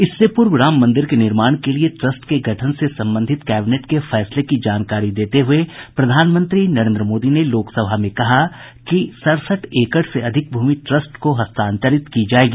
इससे पूर्व राम मंदिर के निर्माण के लिए ट्रस्ट के गठन से संबंधित कैबिनेट के फैसले की जानकारी देते हुए प्रधानमंत्री नरेन्द्र मोदी ने लोकसभा में कहा कि सड़सठ एकड़ से अधिक भूमि ट्रस्ट को हस्तांतरित की जाएगी